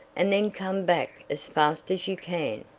and then come back as fast as you can.